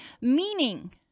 Meaning